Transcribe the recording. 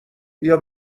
بیا